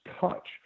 touch